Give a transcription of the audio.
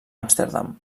amsterdam